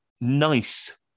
nice